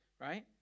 right